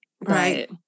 Right